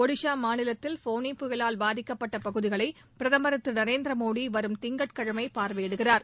ஒடிஷா மாநிலத்தில் ஃபோனி புயலால் பாதிக்கப்பட்ட பகுதிகளை பிரதமர் திரு நரேந்திர மோடி வரும் திங்கட்கிழமை பார்வையிடுகிறார்